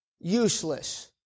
useless